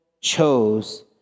chose